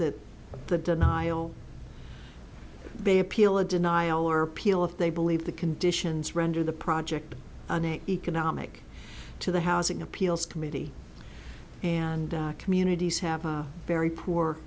that the denial bay appeal a denial or appeal if they believe the conditions render the project economic to the housing appeals committee and communities have a very poor